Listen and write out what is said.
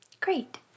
great